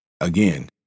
Again